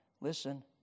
listen